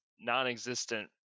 non-existent